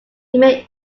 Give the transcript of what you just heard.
may